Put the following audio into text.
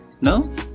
No